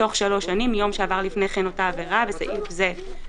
בתוך שלוש שנים מיום שעבר לפני כן אותה עבירה (בסעיף זה,